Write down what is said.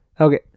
Okay